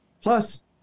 Plus